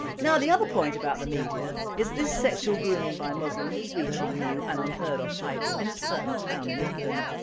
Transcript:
now the other point about the media is that this sexual grooming by muslims is reaching new and unheard of heights in a certain town in england.